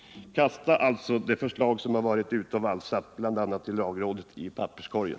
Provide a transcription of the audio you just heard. Kasta alltså det förslag som nu varit ute och valsat, bl.a. hos lagrådet, i papperskorgen!